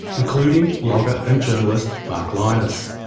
including blogger and journalist mark lynas.